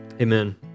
amen